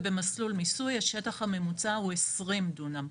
ובמסלול מיסוי השטח הממוצע הוא 20 דונם.